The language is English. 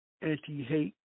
anti-hate